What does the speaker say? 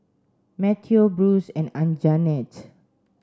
Matteo Bruce and Anjanette